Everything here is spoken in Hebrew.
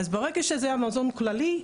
אז ברגע שזה המזון הוא כללי,